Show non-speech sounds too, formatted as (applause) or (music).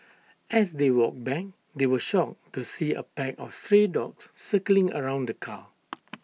as they walked back they were shocked to see A pack of stray dogs circling around the car (noise)